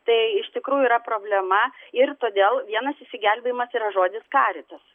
tai iš tikrųjų yra problema ir todėl vienas išsigelbėjimas yra žodis karitas